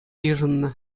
йышӑннӑ